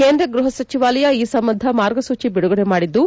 ಕೇಂದ್ರ ಗೃಪ ಸಚಿವಾಲಯ ಈ ಸಂಬಂಧ ಮಾರ್ಗಸೂಚಿ ಬಿಡುಗಡೆ ಮಾಡಿದ್ದು